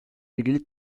ilgili